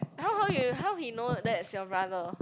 how how you how he know that's your brother